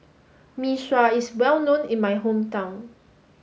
Mee Sua is well known in my hometown